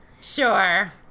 Sure